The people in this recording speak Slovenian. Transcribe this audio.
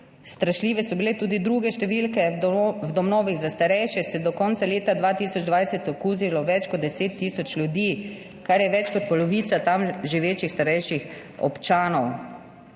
Strašljive so bile tudi druge številke, v domovih za starejše se je do konca leta 2020 okužilo več kot 10 tisoč ljudi, kar je več kot polovica tam živečih starejših občanov.